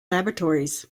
laboratories